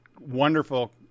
Wonderful